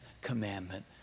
commandment